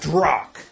Drock